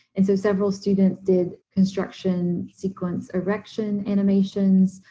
and so several students did construction sequence erection animations.